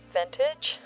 vintage